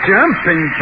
Jumping